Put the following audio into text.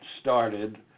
started